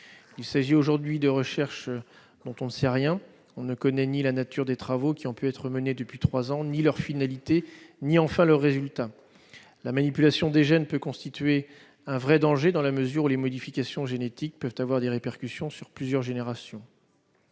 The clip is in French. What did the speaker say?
Il s'agit aujourd'hui de recherches dont on ne sait rien : on ne connaît ni la nature des travaux qui ont pu être menés depuis trois ans, ni leur finalité, ni, enfin, le résultat obtenu. La manipulation des gènes peut constituer un vrai danger, dans la mesure où les modifications génétiques peuvent avoir des répercussions sur plusieurs générations.